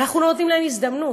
אנחנו לא נותנים להם הזדמנות.